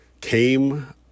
came